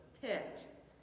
pit